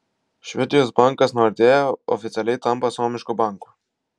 švedijos bankas nordea oficialiai tampa suomišku banku